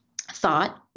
thought